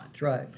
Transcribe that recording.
Right